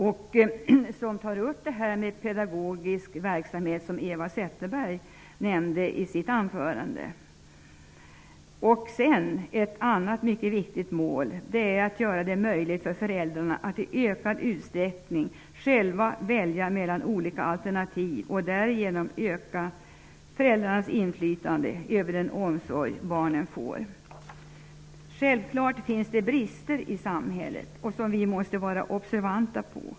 Den tar upp den pedagogiska verksamhet som Eva Zetterberg nämnde i sitt anförande. Ett annat mycket viktigt mål är att göra det möjligt för föräldrarna att i ökad utsträckning själva välja mellan olika alternativ. Därigenom ökar deras inflytande över den omsorg som barnen får. Självfallet finns det brister i samhället som vi måste vara observanta på.